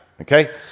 okay